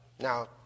Now